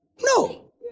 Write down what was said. No